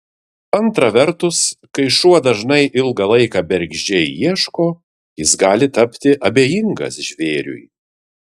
antra vertus kai šuo dažnai ilgą laiką bergždžiai ieško jis gali tapti abejingas žvėriui